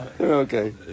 okay